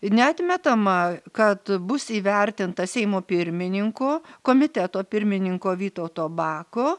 neatmetama kad bus įvertinta seimo pirmininko komiteto pirmininko vytauto bako